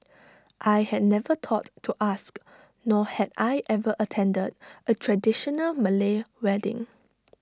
I had never thought to ask nor had I ever attended A traditional Malay wedding